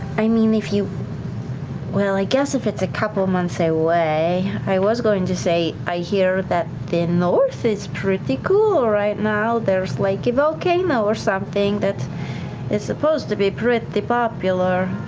i mean if you well, i guess if it's a couple months away, i was going to say i hear that the north is pretty cool right now, there's like a volcano or something that is supposed to be pretty popular,